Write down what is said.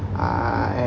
uh